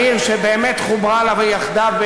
העיר שבאמת חוברה לנו יחדיו,